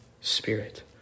Spirit